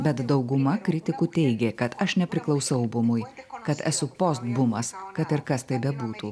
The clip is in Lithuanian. bet dauguma kritikų teigė kad aš nepriklausau bumui kad esu postbumas kad ir kas tai bebūtų